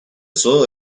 saw